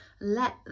Let